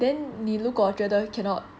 then 你如果觉得 cannot